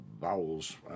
vowels